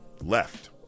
left